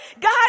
God